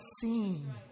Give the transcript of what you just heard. seen